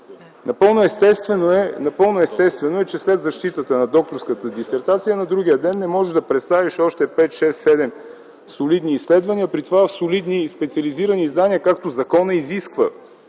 Напълно естествено е, че след защитата на докторската дисертация на другия ден не можеш да представиш още 5-6-7 солидни изследвания при това в солидни специализирани издания, както изисква